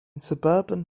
suburban